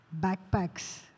backpacks